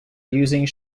using